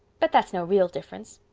but that's no real difference.